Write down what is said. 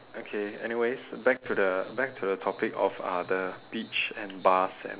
okay anyways back to the back to the topic of uh the beach and bars and